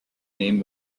name